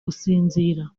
gusinzira